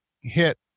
hit